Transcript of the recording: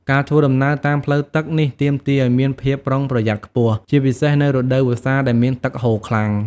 ការធ្វើដំណើរតាមផ្លូវទឹកនេះទាមទារឱ្យមានភាពប្រុងប្រយ័ត្នខ្ពស់ ជាពិសេសនៅរដូវវស្សាដែលមានទឹកហូរខ្លាំង។